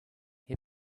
hip